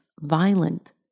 violent